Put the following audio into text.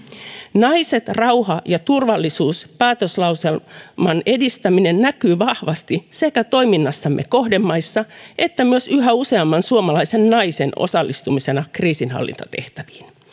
naiset rauha ja turvallisuus päätöslauselman edistäminen näkyy vahvasti sekä toiminnassamme kohdemaissa että myös yhä useamman suomalaisen naisen osallistumisena kriisinhallintatehtäviin